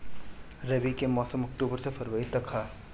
रबी के मौसम अक्टूबर से फ़रवरी तक ह